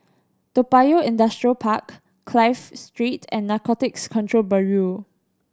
Toa Payoh Industrial Park Clive Street and Narcotics Control Bureau